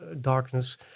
darkness